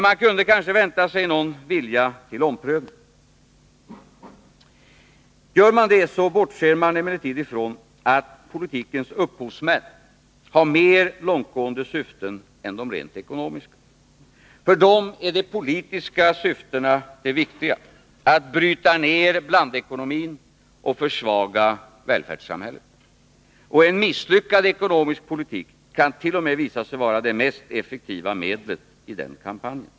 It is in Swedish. Man kunde kanske vänta sig någon vilja till omprövning. Men då bortser man från att politikens upphovsmän har mer långtgående syften än de rent ekonomiska. För dem är de politiska syftena det viktiga: att bryta ner blandekonomin och försvaga välfärdssamhället. Och en misslyckad ekonomisk politik kan t.o.m. visa sig vara det mest effektiva medlet i den kampanjen.